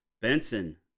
Benson